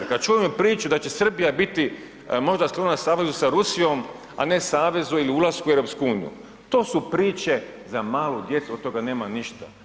Kada čujem priču da će Srbija biti možda sklona savezu sa Rusijom, a savezu ili ulasku u EU, to su priče za malu djecu, od toga nema ništa.